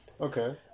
Okay